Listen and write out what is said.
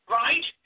right